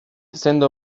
sendo